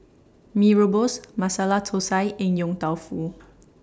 Mee Rebus Masala Thosai and Yong Tau Foo